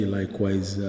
likewise